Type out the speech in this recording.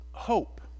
Hope